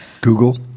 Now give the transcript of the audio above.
Google